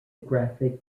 graphic